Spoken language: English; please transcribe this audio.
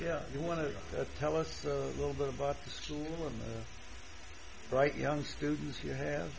yeah you want to tell us a little bit about the school or right young students you have